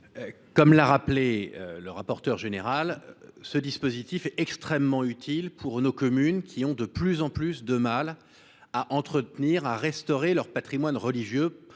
Comme l’a rappelé le rapporteur général, le dispositif est très utile pour nos communes, qui ont de plus en plus de mal à entretenir et à restaurer leur patrimoine religieux